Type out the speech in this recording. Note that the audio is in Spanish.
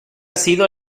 sido